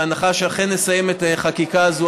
בהנחה שאכן נסיים את החקיקה הזו,